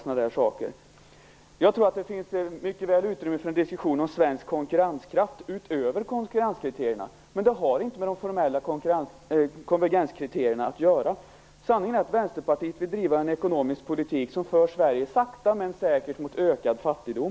Jag tror mycket väl att det finns utrymme för en diskussion om svensk konkurrenskraft, men detta har inte med de formella konvergenskriterierna att göra. Sanningen är att Vänsterpartiet vill driva en ekonomisk politik som för Sverige sakta men säkert mot ökad fattigdom.